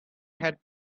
had